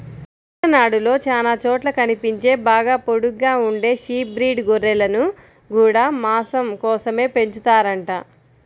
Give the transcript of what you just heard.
తమిళనాడులో చానా చోట్ల కనిపించే బాగా పొడుగ్గా ఉండే షీప్ బ్రీడ్ గొర్రెలను గూడా మాసం కోసమే పెంచుతారంట